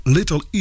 Little